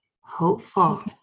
hopeful